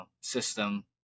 system